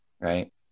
right